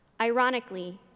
Ironically